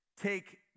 take